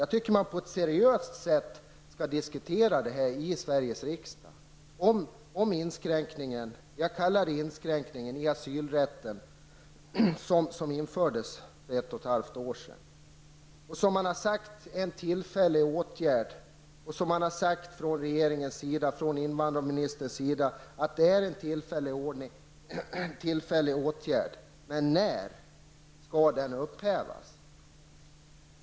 Jag tycker att man i Sveriges riksdag på ett seriöst sätt skall diskutera inskränkningen, som jag kallar den, i asylrätten som infördes för ett och ett halvt år sedan. Det har sagts av invandrarministern och den övriga regeringen att denna åtgärd är tillfällig. Men när skall den upphävas?